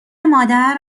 مادر